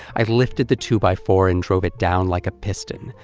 i lifted the two by-four and drove it down like a piston,